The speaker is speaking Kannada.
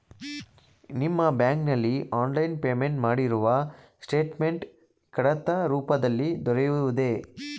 ನಿಮ್ಮ ಬ್ಯಾಂಕಿನಲ್ಲಿ ಆನ್ಲೈನ್ ಪೇಮೆಂಟ್ ಮಾಡಿರುವ ಸ್ಟೇಟ್ಮೆಂಟ್ ಕಡತ ರೂಪದಲ್ಲಿ ದೊರೆಯುವುದೇ?